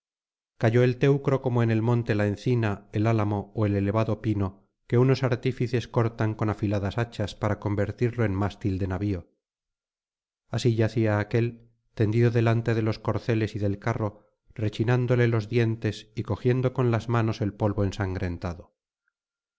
cayó el teucro como en el monte la encina el álamo ó el elevado pino que unos artífices cortan con afiladas hachas para convertirlo en mástil de navio así yacía aquél tendido delante de los corceles y del carro rechinándole los dientes y cogiendo con las manos el polvo ensangrentado